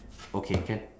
okay can